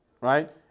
Right